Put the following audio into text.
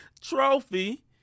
trophy